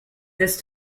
this